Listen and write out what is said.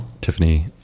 Tiffany